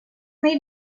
need